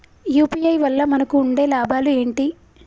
UPI వల్ల మనకు ఉండే లాభాలు ఏంటి?